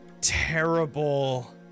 terrible